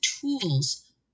tools